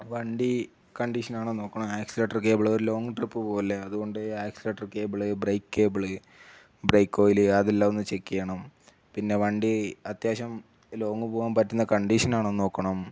വണ്ടി കണ്ടീഷനാണോ എന്നു നോക്കണം ആക്സിലേറ്റർ കേബിള് ഒരു ലോങ്ങ് ട്രിപ്പ് പോവുകയല്ലേ അതുകൊണ്ട് accelerator cable brake cable brake oil അതെല്ലാം ഒന്ന് ചെക്ക് ചെയ്യണം പിന്നെ വണ്ടി അത്യാവശ്യം ലോങ്ങ് പോവാൻ പറ്റുന്ന കണ്ടീഷനാണോ എന്നു നോക്കണം